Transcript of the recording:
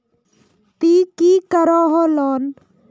ती की करोहो लोन?